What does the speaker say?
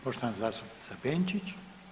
Poštovana zastupnica Benčić.